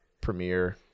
Premiere